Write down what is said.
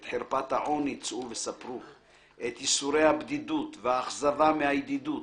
את חרפת העוני צאו וספרו את ייסורי הבדידות והאכזבה מהידידות